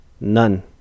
None